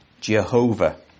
Jehovah